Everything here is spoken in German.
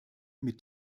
mit